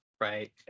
Right